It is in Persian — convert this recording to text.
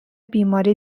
بیماری